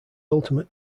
ultimate